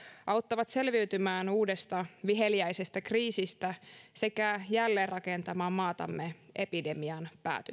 auttavat selviytymään uudesta viheliäisestä kriisistä sekä jälleenrakentamaan maatamme epidemian